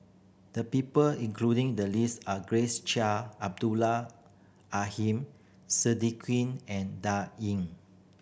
the people including the list are Grace Chia Abdul Aheem and Da Ying